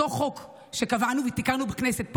אותו חוק שקבענו ותיקנו בכנסת פה,